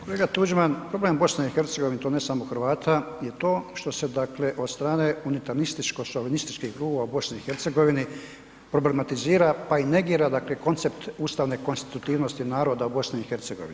Kolega Tuđman problem BiH to ne samo Hrvata je to što se dakle od strane unitarističko šovinističkih klubova u BiH problematizira, pa i negira dakle koncept ustavne konstitutivnosti naroda u BiH.